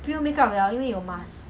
or 你每次一口